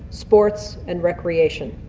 sports and recreation.